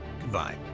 Goodbye